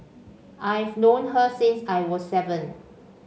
I've known her since I was seven